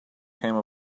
came